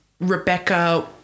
Rebecca